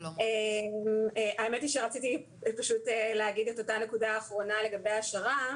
האמת היא שרציתי להתייחס לנקודה האחרונה לגבי השר"ם